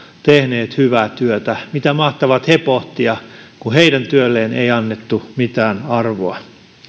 tehneet hyvää työtä mitä mahtavat he pohtia kun heidän työlleen ei annettu mitään arvoa